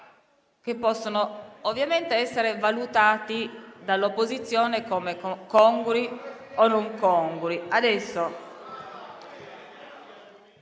che possono essere valutati dall'opposizione come congrui o non congrui.